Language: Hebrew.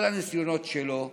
כל הניסיונות שלו נכשלו,